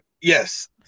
Yes